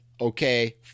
okay